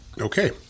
Okay